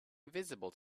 visible